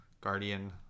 Guardian